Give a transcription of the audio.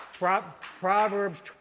Proverbs